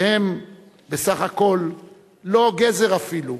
שהם בסך הכול לא גזר אפילו,